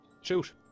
Shoot